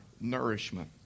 nourishment